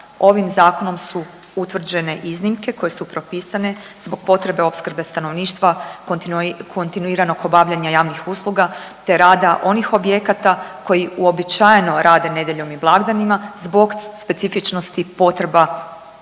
ovim zakonom su utvrđene i iznimke koje su propisane zbog potrebe opskrbe stanovništva kontinuiranog obavljanja javnih usluga, te rada onih objekata koji uobičajeno rade nedjeljom i blagdanima zbog specifičnosti potreba potrošača.